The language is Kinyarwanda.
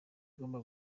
igomba